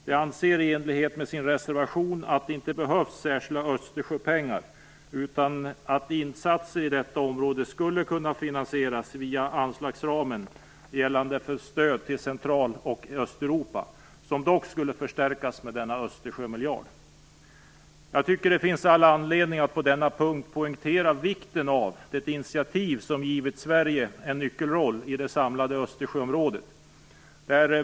De anser i enlighet med sin reservation att det inte behövs särskilda Östersjöpengar, utan att insatser inom detta område skulle kunna finansieras via den anslagsram som gäller för stöd till Centraloch östeuropa, som dock skulle förstärkas med denna Jag tycker att det finns all anledning att på denna punkt poängtera vikten av det initiativ som givit Sverige en nyckelroll i det samlade Östersjöområdet.